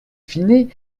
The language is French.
fine